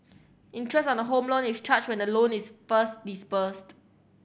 interest on a Home Loan is charged when the loan is first disbursed